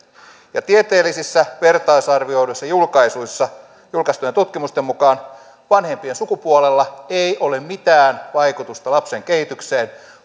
tieteellisissä vertaisarvioiduissa julkaisuissa julkaistujen tutkimusten mukaan vanhempien sukupuolella ei ole mitään vaikutusta lapsen kehitykseen